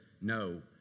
no